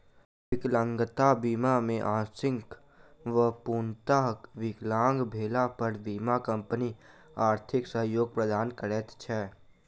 विकलांगता बीमा मे आंशिक वा पूर्णतः विकलांग भेला पर बीमा कम्पनी आर्थिक सहयोग प्रदान करैत छै